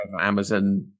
Amazon